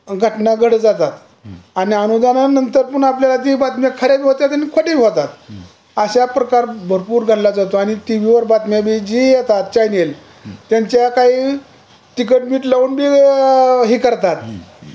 घटना घडत जातात आणि अनावधानानंतर पुन्हा आपल्याला ती बातमी खऱ्याही होतात आणि खोटयाही होतात असा प्रकार भरपूर घडला जातो आणि टी व्ही वर बातम्या ज्या येतात चॅनेल त्यांच्या काही तिखट मीठ लावून बी हे करतात